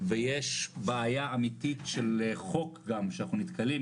ויש בעיה אמיתית של חוק גם שאנחנו נתקלים,